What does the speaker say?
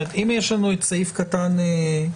אם יש לנו את סעיף קטן (ב)(2)